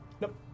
Nope